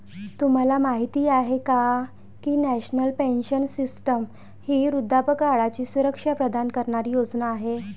तुम्हाला माहिती आहे का की नॅशनल पेन्शन सिस्टीम ही वृद्धापकाळाची सुरक्षा प्रदान करणारी योजना आहे